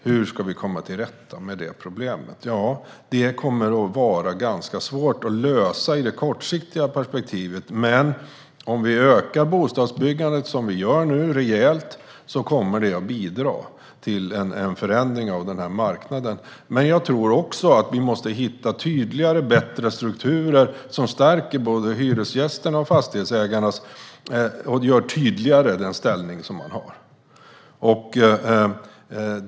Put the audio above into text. Hur ska vi komma till rätta med problemet? Det problemet kommer att vara svårt att lösa i det kortsiktiga perspektivet. Men om vi ökar bostadsbyggandet rejält kommer det att bidra till en förändring av marknaden. Vi måste hitta tydligare bättre strukturer som stärker och tydliggör både hyresgästernas och fastighetsägarnas ställning.